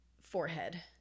forehead